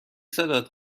صدات